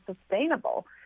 sustainable